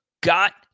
got